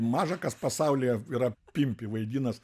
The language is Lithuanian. maža kas pasaulyje yra pimpį vaidinęs